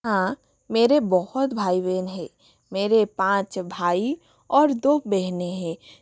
हाँ मेरे बहुत भाई बहन है मेरे पाँच भाई और दो बहनें हैं